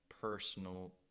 personal